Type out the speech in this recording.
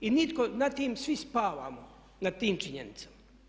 I nitko nad tim, svi spavamo nad tim činjenicama.